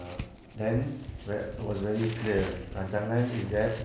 um then ve~ it was very clear rancangan is that